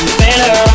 better